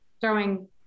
throwing